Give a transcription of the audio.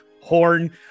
Horn